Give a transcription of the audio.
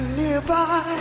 nearby